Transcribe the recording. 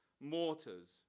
mortars